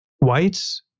whites